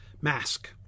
mask